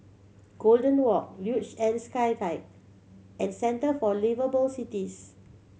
Golden Walk Luge and Skyride and Centre for Liveable Cities